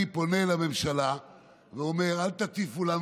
אני פונה לממשלה ואומר: אל תטיפו לנו